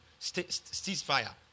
Ceasefire